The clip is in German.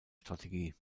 strategie